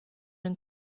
den